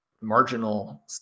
marginal